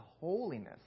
holiness